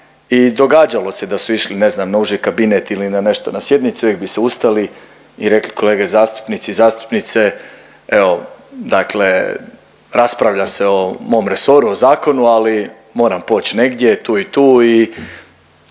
i događalo se da su išli na uži kabinet ili na nešto na sjednicu jer bi se ustali i rekli, kolege zastupnici i zastupnice evo dakle raspravlja se o mom resoru, o zakonu, ali moram poć negdje tu i tu i